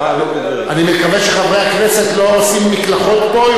אני מקווה שחברי הכנסת לא עושים מקלחות פה,